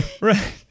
right